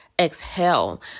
exhale